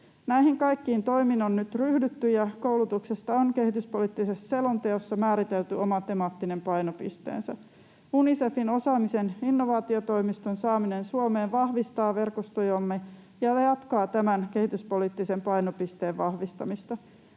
Näihin kaikkiin toimiin on nyt ryhdytty, ja koulutuksesta on kehityspoliittisessa selonteossa määritelty oma temaattinen painopisteensä. Unicefin osaamisen innovaatiotoimiston saaminen Suomeen vahvistaa verkostojamme ja jatkaa tämän kehityspoliittisen painopisteen vahvistamista.